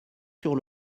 sur